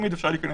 מתוכם,